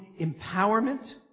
empowerment